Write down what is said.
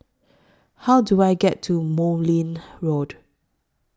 How Do I get to Road